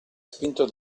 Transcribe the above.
spinto